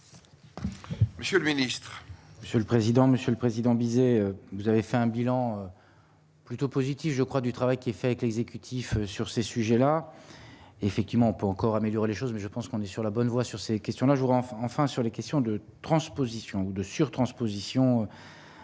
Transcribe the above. Monsieur le Ministre. Monsieur le président, Monsieur le Président Vizer, vous avez fait un bilan plutôt positif je crois du travail qui est fait avec l'exécutif sur ces sujets-là, effectivement, on peut encore améliorer les choses, mais je pense qu'on est sur la bonne voie, sur ces questions-là jour enfin sur les questions de transposition ou de sur-transposition vous